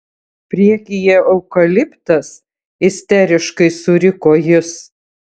priekyje eukaliptas isteriškai suriko jis